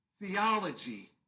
theology